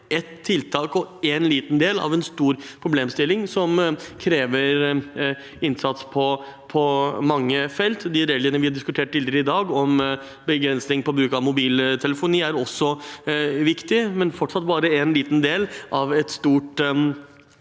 ett tiltak og en liten del av en stor problemstilling som krever innsats på mange felt. De reglene vi har diskutert tidligere i dag om begrensning på bruk av mobiltelefon, er også viktig, men det er fortsatt bare en liten del av en stor